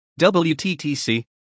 WTTC